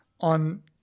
on